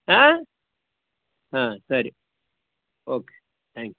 ಹಾಂ ಹಾಂ ಸರಿ ಓಕೆ ತ್ಯಾಂಕ್ಸ್